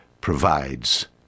provides